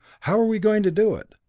how are we going to do it?